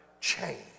change